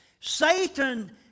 Satan